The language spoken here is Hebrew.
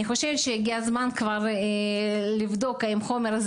אני חושבת שהגיע הזמן לבדוק האם החומר הזה